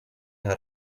how